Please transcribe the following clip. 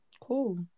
cool